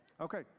Okay